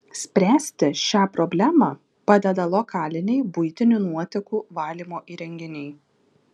spręsti šią problemą padeda lokaliniai buitinių nuotekų valymo įrenginiai